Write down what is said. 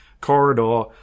corridor